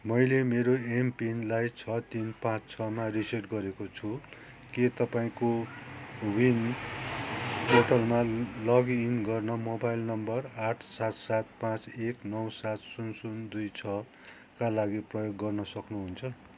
मैले मेरो एमपिनलाई छ तिन पाँच छमा रिसेट गरेको छु के तपाईँ कोविन पोर्टलमा लग इन गर्न मोबाइल नम्बर आठ सात सात पाँच एक नौ सात शून्य शून्य दुई छका लागि प्रयोग गर्न सक्नुहुन्छ